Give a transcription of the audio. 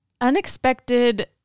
unexpected